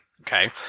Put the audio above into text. Okay